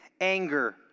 Anger